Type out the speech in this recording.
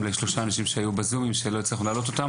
מי שהיה ב- ZOOM ולא הצלחנו להעלות,